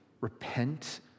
Repent